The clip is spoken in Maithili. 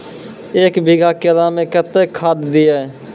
एक बीघा केला मैं कत्तेक खाद दिये?